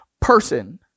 person